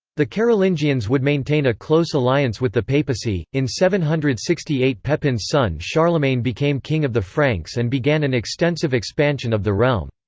the carolingians would maintain a close alliance with the papacy in seven hundred and sixty eight pepin's son charlemagne became king of the franks and began an extensive expansion of the realm.